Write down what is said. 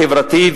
החברתי,